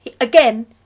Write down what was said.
Again